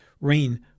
Rain